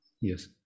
Yes